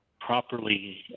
properly